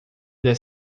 das